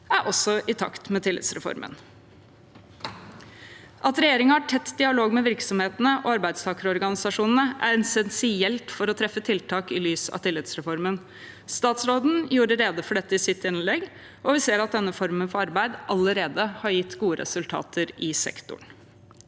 er også i takt med tillitsreformen. At regjeringen har tett dialog med virksomhetene og arbeidstakerorganisasjonene, er essensielt for å treffe tiltak i lys av tillitsreformen. Statsråden gjorde rede for dette i sitt innlegg, og vi ser at denne formen for arbeid allerede har gitt gode resultater i sektoren.